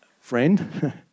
friend